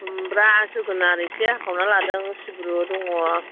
खुमब्रा जोगोनार एसे हाखावना लादों सिब्रु दङ